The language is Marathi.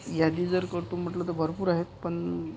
यादी जर करतो म्हटलं तर भरपूर आहेत पण